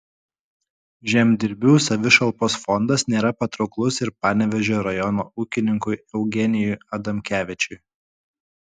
žemdirbių savišalpos fondas nėra patrauklus ir panevėžio rajono ūkininkui eugenijui adamkevičiui